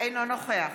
אינו נוכח